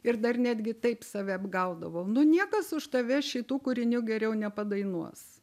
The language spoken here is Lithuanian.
ir dar netgi taip save apgaudavau niekas už tave šitų kūrinių geriau nepadainuos